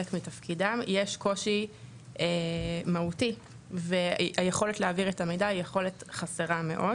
מתפקידם יש קושי מהותי היכולת להעביר את המידע היא יכולת חסרה מאוד.